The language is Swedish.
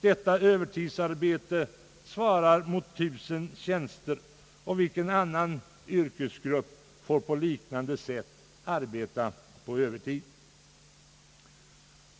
Detta övertidsarbete svarar mot 1000 tjänster. Vilken annan yrkesgrupp får arbeta på övertid i sådan utsträckning?